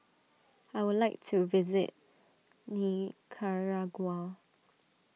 I would like to visit Nicaragua